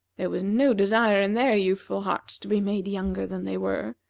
there was no desire in their youthful hearts to be made younger than they were.